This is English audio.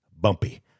Bumpy